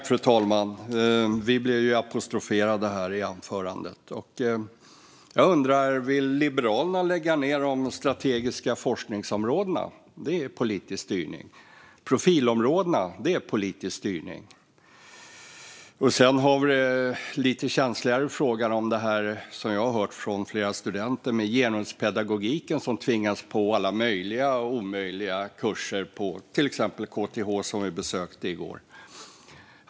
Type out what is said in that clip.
Fru talman! Vi blev apostroferade i anförandet. Jag undrar om Liberalerna vill lägga ned de strategiska forskningsområdena. Det är politisk styrning. Profilområdena är politisk styrning. Sedan har vi den lite känsligare frågan, som jag har hört om från flera studenter, om genuspedagogiken, som tvingas på alla möjliga och omöjliga kurser på till exempel KTH, som vi besökte i går.